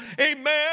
amen